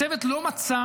הצוות לא מצא